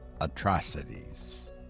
atrocities